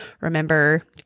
remember